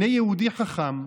הינה יהודי חכם,